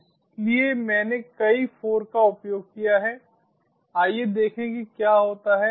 इसलिए मैंने कई 4 का उपयोग किया है आइए देखें कि क्या होता है